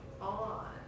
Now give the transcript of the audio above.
on